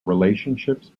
relationships